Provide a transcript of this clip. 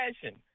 fashion